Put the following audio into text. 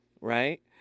right